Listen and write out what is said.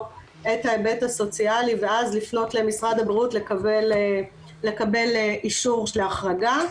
את ההיבט הסוציאלי ואז לפנות למשרד הבריאות לקבל אישור להחרגה,